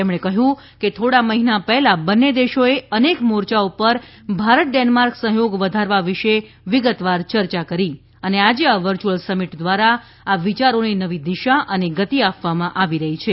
તેમણે કહ્યું કે થોડા મહિના પહેલા બંને દેશોએ અનેક મોરચા પર ભારત ડેનમાર્ક સહયોગ વધારવા વિશે વિગતવાર ચર્ચા કરી હતી અને આજે આ વર્યુઅલ સમિટ દ્વારા આ વિયારોને નવી દિશા અને ગતિ આપવામાં આવી રહી છે